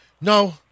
no